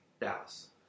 Dallas